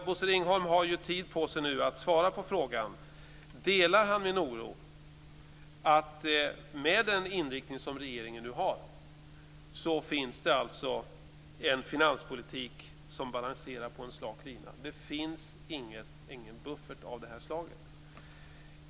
Bosse Ringholm har tid på sig att svara på frågan. Delar han min oro för att finanspolitiken balanserar på en slak lina med den inriktning som regeringen nu har? Det finns ingen buffert av detta slag.